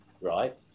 Right